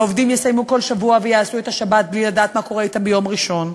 ועובדים יסיימו כל שבוע ויעשו את השבת בלי לדעת מה קורה אתם ביום ראשון.